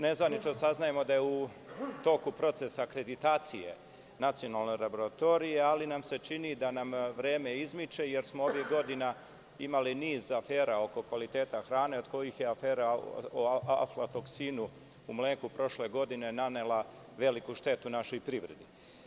Nezvanično saznajemo da je u toku procesa akreditacije Nacionalna laboratorija, ali nam se čini da nam vreme izmiče jer smo ovih godina imali niz afera oko kvaliteta hrane, od kojih je afera o aflatoksinu u mleku prošle godine nanela veliku štetu našoj privredi.